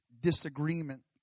disagreement